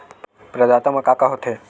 प्रदाता मा का का हो थे?